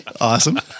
awesome